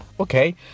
okay